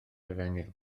efengyl